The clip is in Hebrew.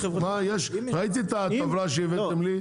ראיתי את הטבלה שהבאתם לי,